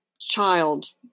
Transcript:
child